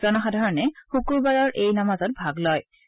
জনসাধাৰণে শুকুৰবাৰৰ এই নামাজত ভাগ লৈছে